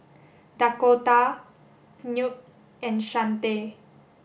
Dakotah Knute and Shante